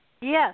yes